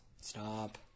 Stop